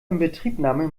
inbetriebnahme